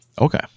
Okay